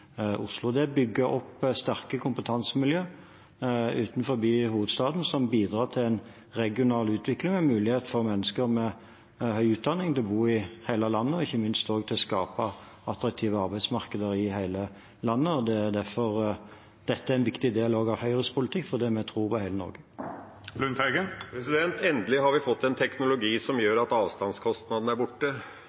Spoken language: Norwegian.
Oslo. Det er bygd opp sterke kompetansemiljø utenfor hovedstaden som bidrar til en regional utvikling, med mulighet for mennesker med høy utdanning til å bo i hele landet, og ikke minst også til å skape attraktive arbeidsmarkeder i hele landet. Det er derfor dette er en viktig del også av Høyres politikk, fordi vi tror på hele Norge. Endelig har vi fått en teknologi som gjør at avstandskostnadene er borte.